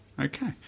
Okay